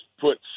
put